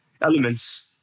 elements